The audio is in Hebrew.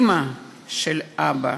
אימא של אבא